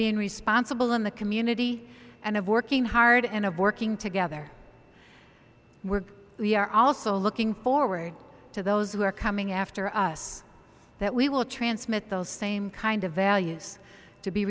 being responsible in the community and of working hard and of working together we're we are also looking forward to those who are coming after us that we will transmit those same kind of values to be